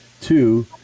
two